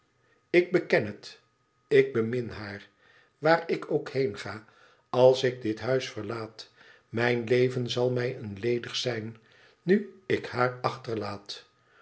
ik beken het ik bemin haar waar ik ook heen ga als ik dit huis verlaat mijn leven zal mij een ledig zijn nu ik haar achterlaat